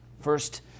First